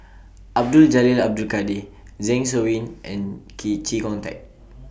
Abdul Jalil Abdul Kadir Zeng Shouyin and Key Chee Kong Tet